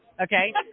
Okay